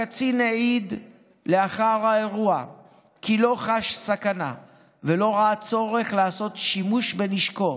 הקצין העיד לאחר האירוע כי לא חש סכנה ולא ראה צורך לעשות שימוש בנשקו,